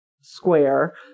square